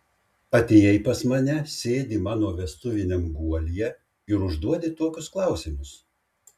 atėjai pas mane sėdi mano vestuviniam guolyje ir užduodi tokius klausimus